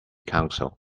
council